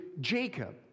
Jacob